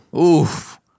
Oof